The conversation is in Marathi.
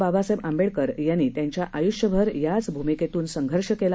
बाबासाहेब आंबेडकरांनी त्यांच्या आयुष्यभर याच भूमिकेतून संघर्ष केला